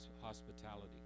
hospitality